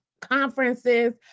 conferences